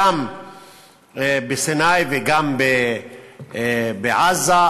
גם בסיני וגם בעזה,